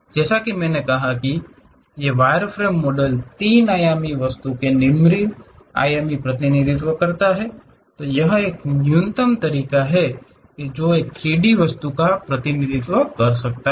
जैसा कि मैंने कहा कि ये वायरफ्रेम मॉडल त्रि आयामी वस्तु के निम्न आयामी प्रतिनिधित्व हैं यह एक न्यूनतम तरीका है जो एक 3D वस्तु का प्रतिनिधित्व कर सकता है